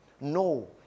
No